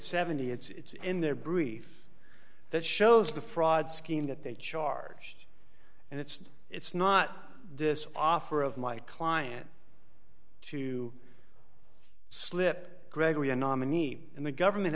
seventy it's in their brief that shows the fraud scheme that they charged and it's it's not this offer of my client to slip gregory a nominee and the government